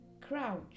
crouch